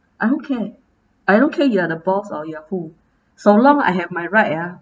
I don't care I don't care you are the boss or you are who so long I have my right ah